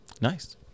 nice